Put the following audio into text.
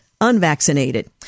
unvaccinated